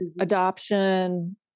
adoption